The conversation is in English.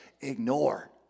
ignore